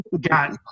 got